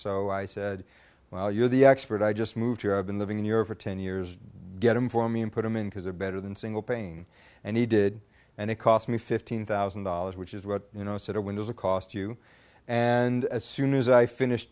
so i said well you're the expert i just moved here i've been living in europe for ten years get them for me and put them in because they're better than single pane and he did and it cost me fifteen thousand dollars which is what you know sort of when there's a cost to you and as soon as i finished